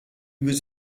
was